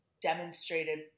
demonstrated